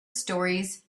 stories